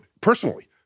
personally